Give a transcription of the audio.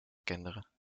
kinderen